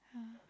yeah